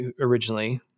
originally